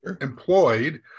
employed